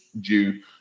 due